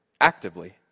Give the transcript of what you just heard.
actively